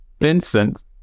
Vincent